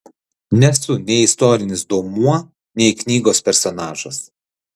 nesu nei istorinis duomuo nei knygos personažas